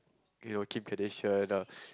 you know Kim-Kardashian or